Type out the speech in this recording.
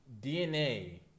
DNA